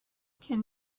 can